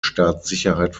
staatssicherheit